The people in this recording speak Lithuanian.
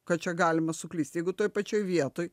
kad čia galima suklyst jeigu toj pačioj vietoj